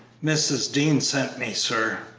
mrs. dean sent me, sir.